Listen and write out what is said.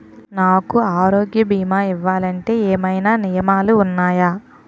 నాకు ఆరోగ్య భీమా ఇవ్వాలంటే ఏమైనా నియమాలు వున్నాయా?